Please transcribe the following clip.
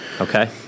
Okay